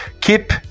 keep